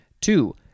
Two